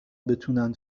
بتونن